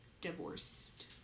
divorced